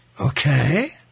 Okay